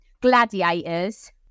Gladiators